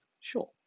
sure